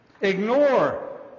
Ignore